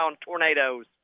Tornadoes